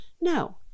No